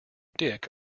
dick